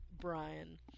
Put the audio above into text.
Brian